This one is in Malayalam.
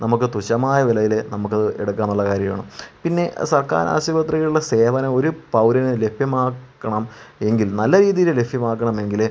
നമുക്കു തുച്ഛമായ വിലയിൽ നമുക്കത് എടുക്കുക എന്നുള്ള കാര്യമാണ് പിന്നെ സർക്കാർ ആശുപത്രികളിലെ സേവനം ഒരു പൗരനു ലഭ്യമാക്കണം എങ്കിൽ നല്ല രീതിയിൽ ലഭ്യമാക്കണമെങ്കിൽ